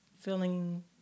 feeling